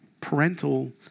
parental